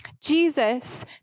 Jesus